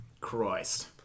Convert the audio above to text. Christ